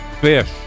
fish